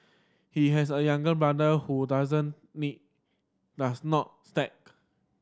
he has a younger brother who doesn't need does not stake